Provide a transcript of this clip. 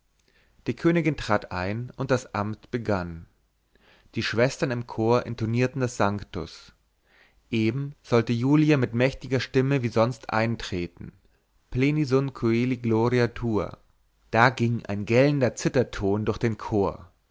die königin trat ein und das amt begann die schwestern im chor intonierten das sanctus eben sollte julia mit mächtiger stimme wie sonst eintreten pleni sunt coeli gloria tua da ging ein gellender zitherton durch den chor